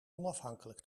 onafhankelijk